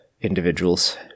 individuals